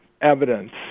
evidence